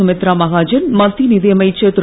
சுமித்ரா மகாஜன் மத்திய நிதியமைச்சர் திரு